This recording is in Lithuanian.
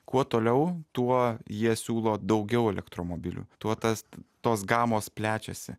kuo toliau tuo jie siūlo daugiau elektromobilių tuo tas tos gamos plečiasi